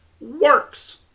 works